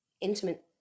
intimate